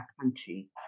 country